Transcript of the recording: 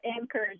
anchors